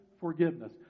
forgiveness